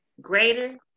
greater